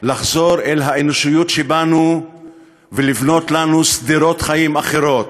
לחזור אל האנושיות שבנו ולבנות לנו שדרות חיים אחרות,